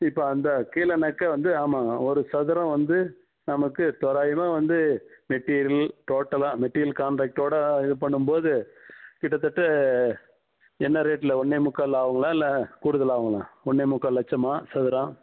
இப்போ அந்த கீழனாக்க வந்து ஆமாம் ஒரு சதுரம் வந்து நமக்கு தோராயமாக வந்து மெட்டீரியல் டோட்டலாக மெட்டீரியல் கான்ட்ரக்டோட இது பண்ணும் போது கிட்டத்தட்ட என்ன ரேட்டில் ஒன்னே முக்கால் ஆகுங்களா இல்லை கூடுதலாக ஆகுங்களா ஒன்னே முக்கால் லட்சமா சதுரம்